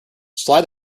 slide